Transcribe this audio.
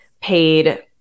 paid